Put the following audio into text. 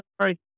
sorry